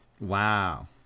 Wow